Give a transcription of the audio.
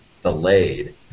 Delayed